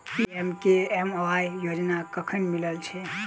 PMKMY योजना कखन मिलय छै?